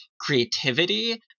creativity